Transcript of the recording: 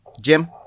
Jim